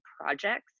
projects